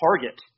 target